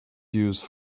used